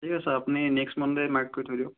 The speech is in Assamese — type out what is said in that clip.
ঠিক আছে আপুনি নেক্সট মনডে' মাৰ্ক কৰি থৈ দিয়ক